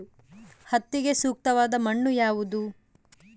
ಹತ್ತಿಗೆ ಸೂಕ್ತವಾದ ಮಣ್ಣು ಯಾವುದು?